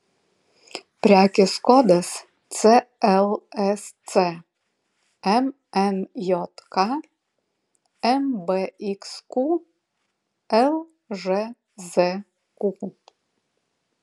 prekės kodas clsc mnjk mbxq lžzq